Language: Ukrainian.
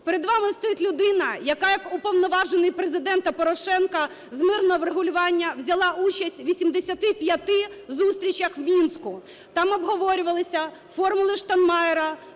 Перед вами стоїть людина, яка як уповноважений Президента Порошенка з мирного врегулювання взяла участь в 85 зустрічах в Мінську. Там обговорювалися "формули Штайнмайєра",